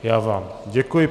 Já vám děkuji.